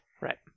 Right